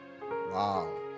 Wow